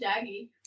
Daggy